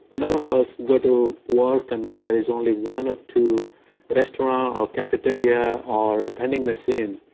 lot of us go to work and then there is only one or two restaurant or cafeteria or a vending machine.